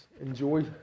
enjoy